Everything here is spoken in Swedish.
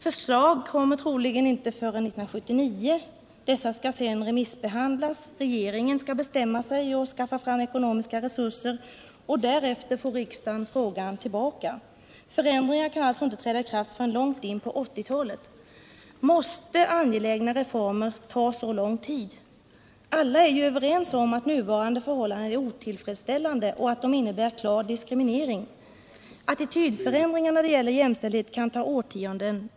Förslag kommer troligen inte förrän 1979. Dessa skall sedan remissbehandlas, regeringen skall bestämma sig och skaffa fram ekonomiska resurser, och därefter får riksdagen frågan tillbaka. Förändringar kan alltså inte träda i kraft förrän långt in på 1980-talet. Måste angelägna reformer ta så lång tid? Alla är ju överens om att nuvarande förhållanden är otillfredsställande och att de innebär klar diskriminering. Attitydförändringar när det gäller jämställdhet kan ta årtionden.